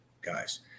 Guys